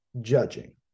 judging